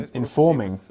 informing